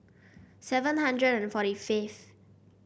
seven hundred and forty fifth